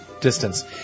distance